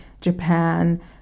Japan